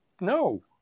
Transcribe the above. No